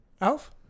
Alf